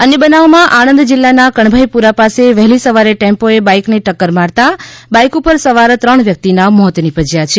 અન્ય બનાવમાં આણંદ જિલ્લાના કણભાઇપુરા પાસે વહેલી સવારે ટેમ્પોએ બાઇકને ટક્કર મારતા બાઇક પર સવાર ત્રણ વ્યક્તિના મોત નિપજ્યા છે